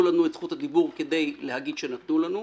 לנו את זכות הדיבור רק כדי להגיד שנתנו לנו.